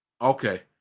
Okay